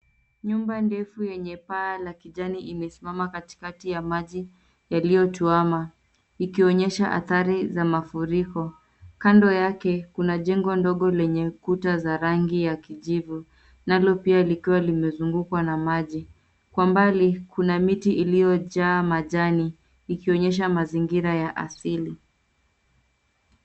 Nyumba ndefu yenye paa la kijani imesimama katikati ya maji yaliyotuama ikionyesha hathari za mafuriko. Kando yake kuna jengo ndogo lenye kuta za rangi ya kijivu, nalo pia likiwa limezungukwa na maji. Kwa mbali kuna miti iliyojaa majani ikionyesha mazingira ya asili.